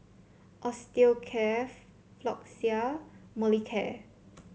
Osteocare Floxia Molicare